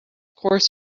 course